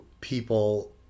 people